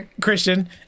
Christian